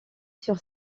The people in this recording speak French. sur